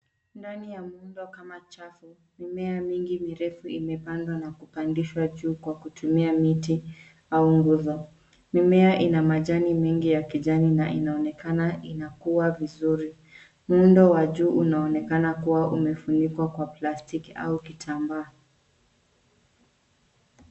Ndani ya muundo kama chafu, mimea mingi mirefu imepandwa na kupandishwa juu kwa kutumia miti au nguzo. Mimea ina majani mengi ya kijani na inaonekana inakuwa vizuri. Muundo wa juu unaonekana kuwa umefunikwa kwa plastiki au kitambaa.